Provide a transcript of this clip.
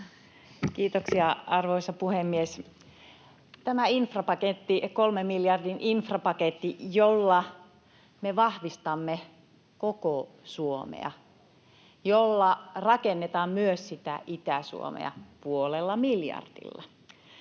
Kiitoksia, arvoisa puhemies! Tässä infrapaketissa, kolmen miljardin infrapaketissa, jolla me vahvistamme koko Suomea ja jolla rakennetaan myös sitä Itä-Suomea puolella miljardilla,